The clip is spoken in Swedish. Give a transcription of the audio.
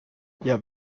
jag